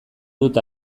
dut